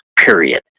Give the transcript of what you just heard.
period